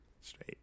Straight